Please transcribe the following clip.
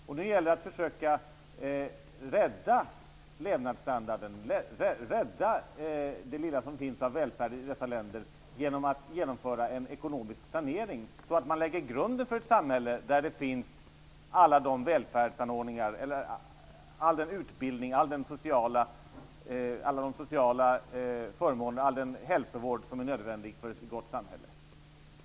Det gäller att försöka rädda levnadsstandarden och det lilla som finns av välfärd i dessa länder genom att genomföra en ekonomisk sanering så att man lägger grunden för ett samhälle med alla de välfärdsanordningar som utbildning, sociala förmåner och hälsovård som är nödvändiga för ett samhälle.